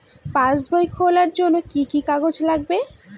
পাসবই খোলার জন্য কি কি কাগজ লাগবে?